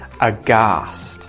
Aghast